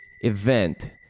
event